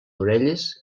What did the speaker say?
orelles